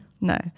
no